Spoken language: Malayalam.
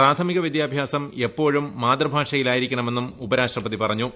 പ്രാഥമിക വിദ്യാഭ്യാസം എപ്പോഴും മാതൃഭാഷയിലൂട്ടിരിക്കണമെന്നും ഉപരാഷ്ട്രപതി പറഞ്ഞു